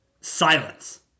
silence